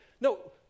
No